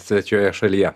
svečioje šalyje